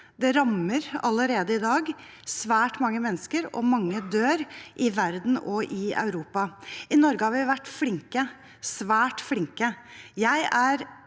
Det rammer allerede i dag svært mange mennesker, og mange dør i verden og i Europa. I Norge har vi vært svært flinke.